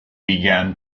began